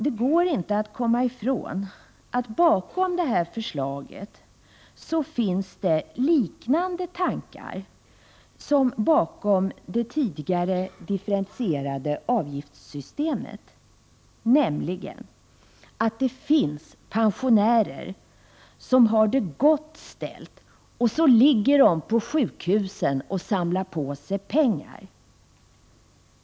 Det går inte att komma ifrån att det bakom detta förslag finns tankar som liknar dem som låg bakom det tidigare differentierade avgiftssystemet, nämligen att det finns pensionärer som har det gott ställt och som ligger på sjukhusen och samlar på sig pengar.